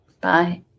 Bye